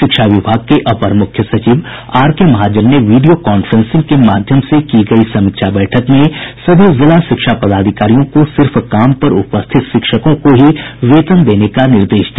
शिक्षा विभाग के अपर मुख्य सचिव आर के महाजन ने वीडियो कांफ्रेंसिंग के माध्यम से की गयी समीक्षा बैठक में सभी जिला शिक्षा पदाधिकारियों को सिर्फ काम पर उपस्थित शिक्षकों को ही वेतन देने का निर्देश दिया